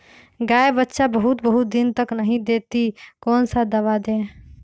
गाय बच्चा बहुत बहुत दिन तक नहीं देती कौन सा दवा दे?